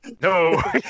No